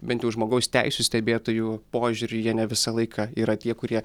bent jau žmogaus teisių stebėtojų požiūriu jie ne visą laiką yra tie kurie